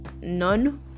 none